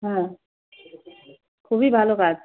হ্যাঁ খুবই ভালো কাজ